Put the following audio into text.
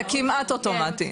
זה כמעט אוטומטי.